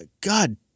God